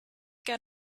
get